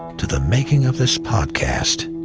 to the making of this podcast